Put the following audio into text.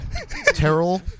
Terrell